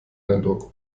eindruck